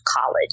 college